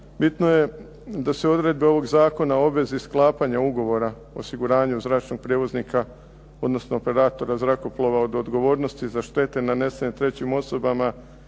bitno je da se odredbe ovog zakona o obvezi sklapanja ugovora osiguranju zračnog prijevoznika, odnosno operatora zrakoplova od odgovornosti za štete nanesene trećim osobama